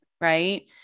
Right